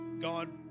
God